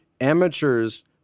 Amateurs